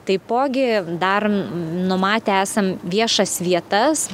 taipogi dar numatę esam viešas vietas